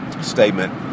statement